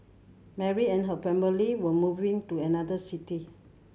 Mary and her family were moving to another city